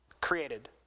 created